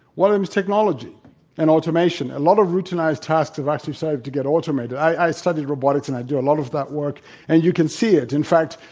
one of them is technology and automation. a lot of routinized tasks have actually served to get automated. i studied robotics and i do a lot of that work and you can see it. in fact,